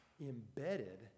embedded